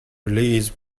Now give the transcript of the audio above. release